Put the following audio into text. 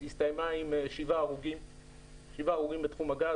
הסתיימה עם שבעה הרוגים בתחום הגז.